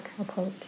approach